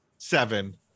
seven